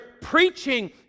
preaching